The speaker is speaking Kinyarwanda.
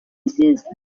nziza